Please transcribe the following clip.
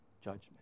judgment